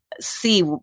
see